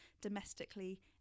domestically